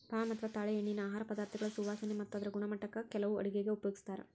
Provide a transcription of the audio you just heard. palm ಅಥವಾ ತಾಳೆಎಣ್ಣಿನಾ ಆಹಾರ ಪದಾರ್ಥಗಳ ಸುವಾಸನೆ ಮತ್ತ ಅದರ ಗುಣಮಟ್ಟಕ್ಕ ಕೆಲವು ಅಡುಗೆಗ ಉಪಯೋಗಿಸ್ತಾರ